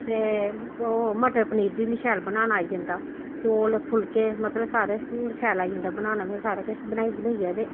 ते ओह् मटर पनीर बी मी शैल बनाना आई जंदा चौल फुलके मतलब सारे शैल आई जंदा बनाना मी सारा किश बनाई बनूइयै ते